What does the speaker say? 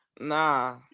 Nah